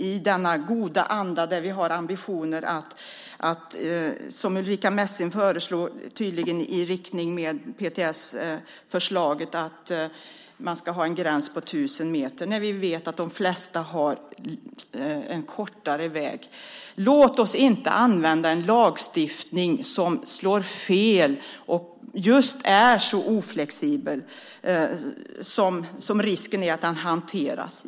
I denna goda anda är ambitionen tydligen, som Ulrica Messing föreslår i enlighet med PTS förslag, att ha en gräns på 1 000 meter när vi vet att de flesta har en kortare väg. Låt oss inte använda en lagstiftning som slår fel och riskerar att hanteras på ett oflexibelt sätt.